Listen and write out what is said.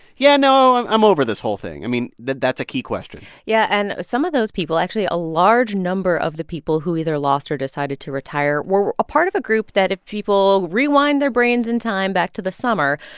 yeah, no, and i'm over this whole thing? i mean, that's a key question yeah, and some of those people actually, a large number of the people who either lost or decided to retire were a part of a group that, if people rewind their brains in time back to the summer,